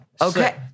Okay